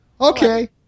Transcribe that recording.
okay